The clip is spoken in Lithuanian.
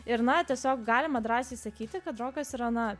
ir na tiesiog galima drąsiai sakyti kad rokas yra na